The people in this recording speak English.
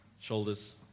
Shoulders